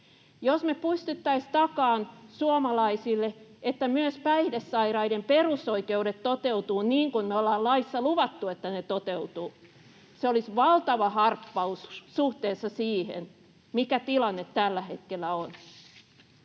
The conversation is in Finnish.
Jos me pystyttäisiin takaamaan suomalaisille, että myös päihdesairaiden perusoikeudet toteutuvat niin kuin me ollaan laissa luvattu, että ne toteutuvat, se olisi valtava harppaus suhteessa siihen, mikä tilanne tällä hetkellä on.